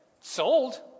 sold